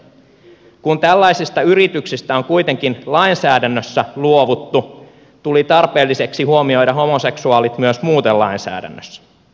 kun tällaisista yrityksistä on kuitenkin lainsäädännössä luovuttu tuli tarpeelliseksi huomioida homoseksuaalit myös muuten lainsäädännössä